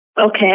Okay